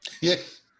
Yes